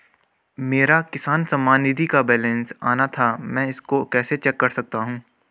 मेरा किसान सम्मान निधि का बैलेंस आना था मैं इसको कैसे चेक कर सकता हूँ?